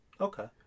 Okay